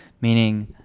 Meaning